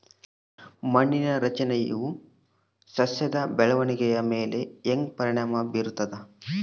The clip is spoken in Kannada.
ಮಣ್ಣಿನ ರಚನೆಯು ಸಸ್ಯದ ಬೆಳವಣಿಗೆಯ ಮೇಲೆ ಹೆಂಗ ಪರಿಣಾಮ ಬೇರ್ತದ?